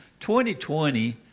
2020